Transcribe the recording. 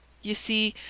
ye see,